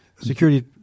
security –